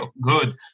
good